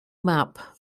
map